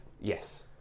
yes